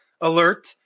alert